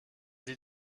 sie